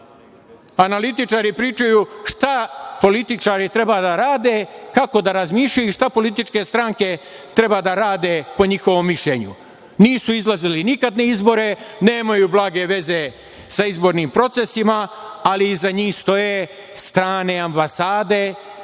analitičare. Analitičari pričaju šta političari treba da rade, kako da razmišljaju i šta političke stranke treba da rade po njihovom mišljenju. Nisu izlazili nikad na izbore, nemaju blage veze sa izbornim procesima, ali iza njih stoje strane ambasade,